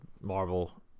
Marvel